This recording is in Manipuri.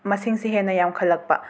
ꯃꯁꯤꯡꯁꯦ ꯍꯦꯟꯅ ꯌꯥꯝꯈꯠꯂꯛꯄ